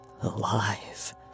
alive